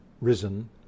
risen